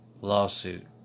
lawsuit